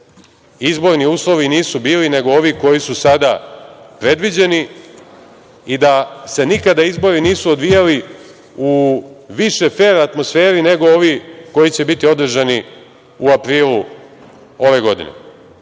izborni uslovi nisu bili nego ovi koji su sada predviđeni i da se nikada izbori nisu odvijali u više fer atmosferi nego ovi koji će biti održani u aprilu ove godine. Želim